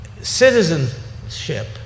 citizenship